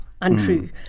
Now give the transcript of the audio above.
untrue